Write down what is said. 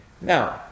now